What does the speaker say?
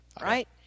right